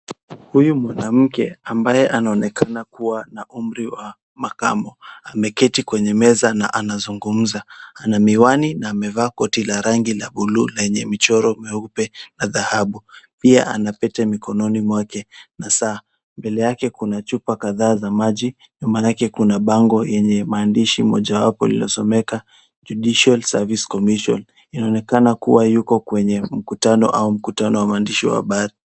Huyu mwanamke ambaye anaonekana kuwa na umri wa makamo ameketi kwenye meza na anazungumza. Ana miwani na amevaa koti la rangi la buluu lenye michoro meupe na dhahabu. Pia ana pete mikononi mwake na saa. Mbele yake kuna chupa kadhaa za maji. Nyuma lake kuna bango yenye maandishi mojawapo lililosomeka Judicial Service Commission . Inaonekana kuwa yuko kwenye mkutano au mkutano wa waandishi wa habari.